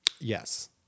Yes